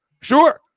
Sure